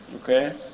okay